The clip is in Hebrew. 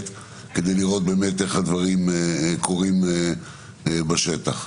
כדי לראות איך הדברים קורים בשטח.